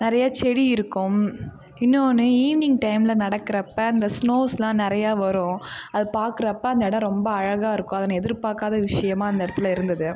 நிறையா செடி இருக்கும் இன்னொவொன்னு ஈவினிங் டைமில் நடக்கிறப்ப அந்த ஸ்னோஸெலாம் நிறையா வரும் அதை பார்க்குறப்ப அந்த இடம் ரொம்ப அழகாக இருக்கும் அதை நான் எதிர்பார்க்காத விஷயமாக அந்த இடத்துல இருந்தது